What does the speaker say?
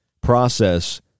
process